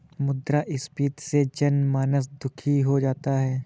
मुद्रास्फीति से जनमानस दुखी हो जाता है